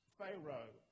Pharaoh